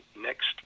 next